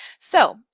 so,